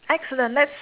excellent let's